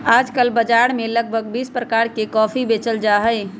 आजकल बाजार में लगभग बीस प्रकार के कॉफी बेचल जाहई